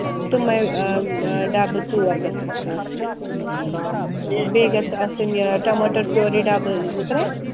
تِمَے ڈَبہٕ ژور گژھن اَسہِ آسٕنۍ بیٚیہِ گژھِ آسٕنۍ یہِ ٹماٹَر پوری ڈَبہٕ زٕ ترٛےٚ